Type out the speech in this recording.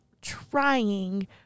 trying